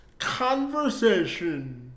CONVERSATION